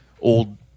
Old